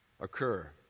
occur